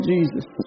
Jesus